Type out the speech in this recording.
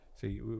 See